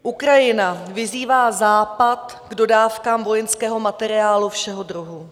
Ukrajina vyzývá Západ k dodávkám vojenského materiálu všeho druhu.